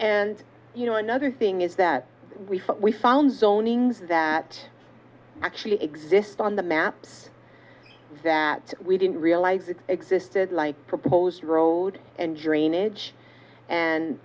and you know another thing is that we found zoning zz's that actually exist on the maps that we didn't realize it existed like proposed road and drainage and